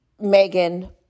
Megan